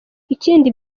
ikindi